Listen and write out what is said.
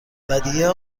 ودیعه